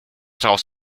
daraus